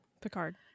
Picard